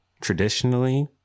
traditionally